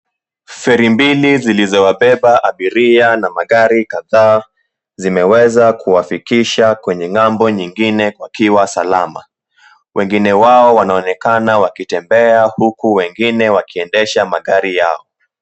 Feri mbili zilizowabeba abiria na magari kadhaa zimeweza kuwafikisha kwenye ng'ambo nyingine wakiwa salama. Wengine wao wanaonekana wakitembea huku wengine wakiendesha magari yao.